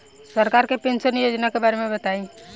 सरकार के पेंशन योजना के बारे में बताईं?